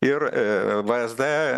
ir vsd